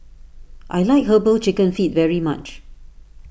I like Herbal Chicken Feet very much